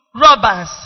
robbers